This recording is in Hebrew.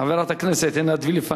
חברת הכנסת עינת וילף,